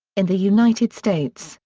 in the united states,